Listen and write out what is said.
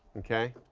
okay?